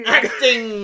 acting